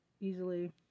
easily